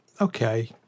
okay